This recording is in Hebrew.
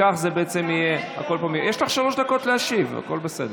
כך זה יהיה, יש לך שלוש דקות להשיב, הכול בסדר.